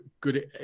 good